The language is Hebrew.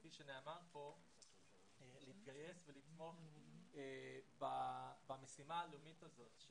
כפי שנאמר כאן להתגייס ולתמוך במשימה הלאומית הזאת.